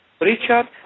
Richard